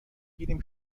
گیریم